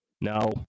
no